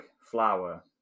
flower